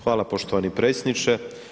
Hvala, poštovani predsjedniče.